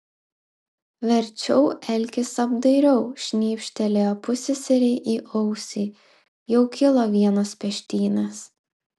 verčiau elkis apdairiau šnypštelėjo pusseserei į ausį jau kilo vienos peštynės